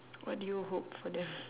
what do you hope for them